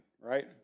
right